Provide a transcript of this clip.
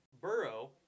Burrow